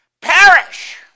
perish